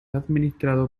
administrado